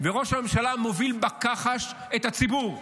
וראש הממשלה מוביל בכחש את הציבור.